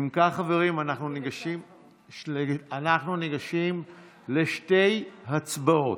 אם כך, חברים, אנחנו ניגשים לשתי הצבעות: